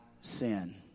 sin